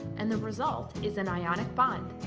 and the result is an ionic bond.